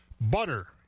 Butter